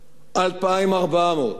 2,400,